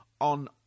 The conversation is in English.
on